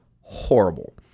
horrible